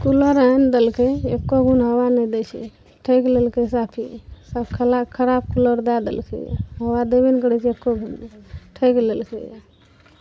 cooler आनि देलकै एको घून हवा नहि दै छै ठकि लेलकै साफे खला खराब कूलर दै देलकैया हवा देबे ने करै छै एको घून ठकि लेलकैया